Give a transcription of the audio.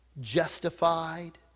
justified